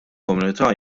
komunità